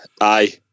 Aye